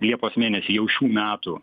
liepos mėnesį jau šių metų